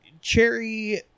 Cherry